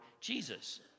Jesus